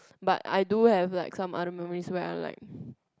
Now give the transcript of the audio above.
but I do have like some other memories where I like